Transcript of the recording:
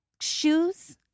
Shoes